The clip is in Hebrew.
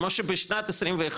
כמו שבשנת 21,